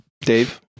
Dave